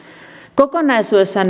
kokonaisuudessaan